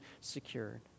secured